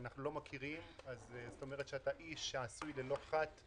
זה אומר שאתה איש שעשוי ללא חת.